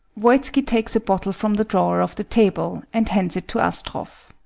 voitski takes a bottle from the drawer of the table and hands it to astroff.